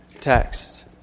text